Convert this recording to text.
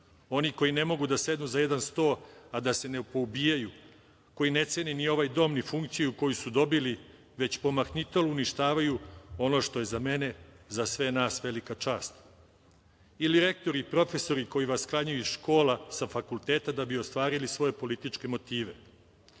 oni koji ne mogu da sednu za jedan sto a da se nepoubijaju, koji ne cene ni ovaj dom ni funkciju koju su dobili, već pomahnitalo uništavaju ono što je za mene, za sve nas velika čast. Ili, rektori, profesori koji vas sklanjaju iz škola, sa fakulteta da bi ostvarili svoje političke motive. Znate